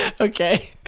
Okay